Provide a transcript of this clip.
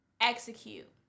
Execute